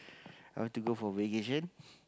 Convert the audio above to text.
I want to go for vacation